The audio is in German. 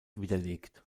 widerlegt